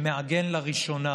שמעגן לראשונה